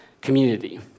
community